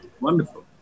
Wonderful